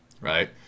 right